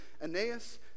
Aeneas